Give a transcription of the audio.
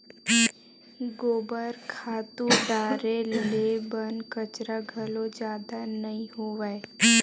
गोबर खातू डारे ले बन कचरा घलो जादा नइ होवय